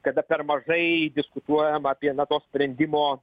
kada per mažai diskutuojama apie na to sprendimo